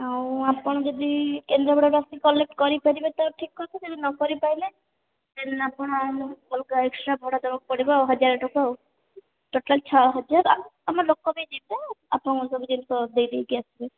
ଆଉ ଆପଣ ଯଦି କେନ୍ଦ୍ରାପଡ଼ାରୁ ଆସି କଲେକ୍ଟ କରିପାରିବେ ତ ଠିକ୍ କଥା ଯଦି ନ କରିପାରିଲେ ଦେନ ଆପଣ ଆମକୁ ଅଲଗା ଏକ୍ସଟ୍ରା ଭଡ଼ା ଦେବାକୁ ପଡ଼ିବ ହଜାରେ ଟଙ୍କା ଆଉ ଟୋଟାଲ୍ ଛଅ ହଜାର ଆଉ ଆମ ଲୋକ ବି ଯିବେ ଆପଣଙ୍କ ସବୁ ଜିନଷ ଦେଇ ଦେଇକରି ଆସିବେ